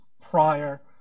prior